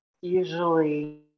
usually